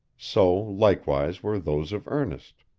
so, likewise, were those of ernest.